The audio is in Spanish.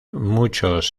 muchos